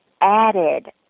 added